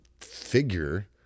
figure